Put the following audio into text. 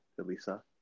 Elisa